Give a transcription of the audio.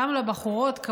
גם לבחורות,